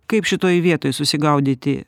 kaip šitoj vietoj susigaudyti